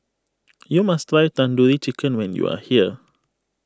you must try Tandoori Chicken when you are here